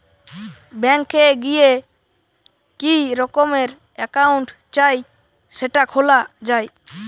bank এ গিয়ে কি রকমের একাউন্ট চাই সেটা খোলা যায়